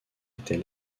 était